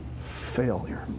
failure